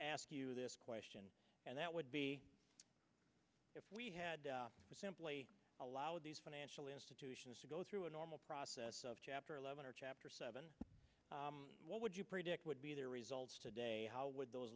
ask you this question and that would be if we had allowed these financial institutions to go through a normal process of chapter eleven or chapter seven what would you predict would be the results today how would those